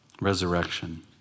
Resurrection